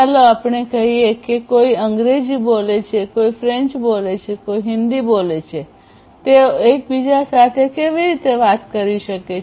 ચાલો આપણે કહીએ કે કોઈ અંગ્રેજી બોલે છે કોઈ ફ્રેન્ચ બોલે છે કોઈ હિન્દી બોલે છે તેઓ એકબીજા સાથે કેવી રીતે વાત કરી શકે છે